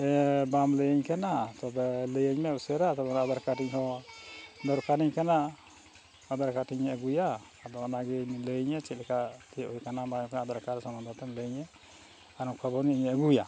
ᱵᱟᱢ ᱞᱟᱹᱭᱟᱹᱧ ᱠᱟᱱᱟ ᱛᱚᱵᱮ ᱞᱟᱹᱭᱟᱹᱧ ᱢᱮ ᱩᱥᱟᱹᱨᱟ ᱛᱚᱵᱮ ᱟᱫᱷᱟᱨ ᱠᱟᱨᱰ ᱤᱧ ᱦᱚᱸ ᱫᱚᱨᱠᱟᱨᱤᱧ ᱠᱟᱱᱟ ᱟᱫᱷᱟᱨ ᱠᱟᱨᱰ ᱤᱧ ᱟᱹᱜᱩᱭᱟ ᱟᱫᱚ ᱚᱱᱟᱜᱮᱧ ᱞᱟᱹᱭᱟᱹᱧᱟᱹ ᱪᱮᱫ ᱞᱮᱠᱟ ᱛᱤᱭᱟᱹᱜ ᱠᱟᱱᱟ ᱵᱟᱝ ᱟᱫᱷᱟᱨ ᱠᱟᱨᱰ ᱥᱚᱢᱚᱭ ᱞᱟᱹᱭᱟᱹᱧᱟᱹ ᱟᱨ ᱚᱝᱠᱟ ᱵᱚᱱ ᱤᱧ ᱟᱹᱜᱩᱭᱟ